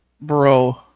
bro